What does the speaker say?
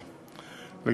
אני לא מזמן,